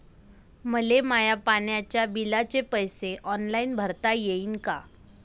मले माया पाण्याच्या बिलाचे पैसे ऑनलाईन भरता येईन का?